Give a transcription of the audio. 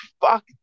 fuck